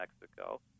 Mexico